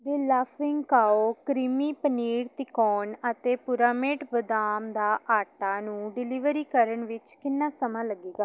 ਦੇ Laughing Cow creamy paneer ਤਿਕੋਣ ਅਤੇ ਪੁਰਾਮੇਟ ਬਦਾਮ ਦਾ ਆਟਾ ਨੂੰ ਡਿਲੀਵਰੀ ਕਰਨ ਵਿੱਚ ਕਿੰਨਾ ਸਮਾਂ ਲੱਗੇਗਾ